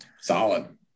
Solid